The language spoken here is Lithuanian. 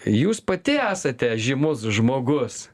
jūs pati esate žymus žmogus